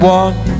one